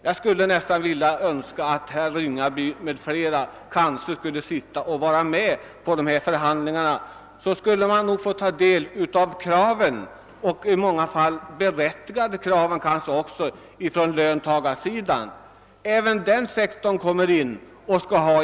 Jag skulle önska att herr Ringaby m.fl. finge vara med vid förhandlingarna och ta del av de i många fall berättigade krav som framföres från löntagarsidan. Även denna sektor vill ha sin del av utrymmet.